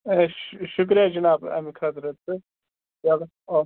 اَسہِ چھُ شُکرِیہ جِناب اَمہِ خٲطرٕ تہٕ چَلو او کے